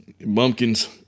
bumpkins